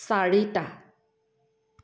চাৰিটা